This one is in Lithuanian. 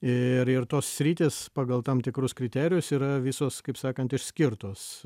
ir ir tos sritys pagal tam tikrus kriterijus yra visos kaip sakant išskirtos